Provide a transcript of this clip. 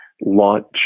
launch